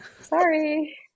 sorry